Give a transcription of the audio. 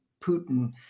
Putin